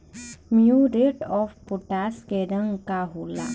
Muriate of potash के रंग का होला?